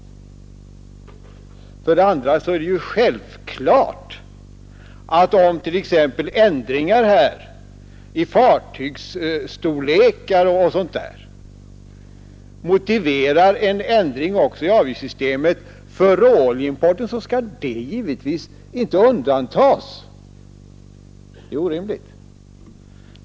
För det andra är det självklart att om t.ex. ändringar i fråga om fartygsstorlekar o. d. motiverar en ändring också i avgiftssystemet för råoljeimporten, så skall denna inte undantas. Det vore orimligt.